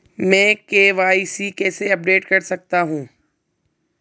मैं के.वाई.सी कैसे अपडेट कर सकता हूं?